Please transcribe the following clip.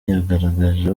yagaragaje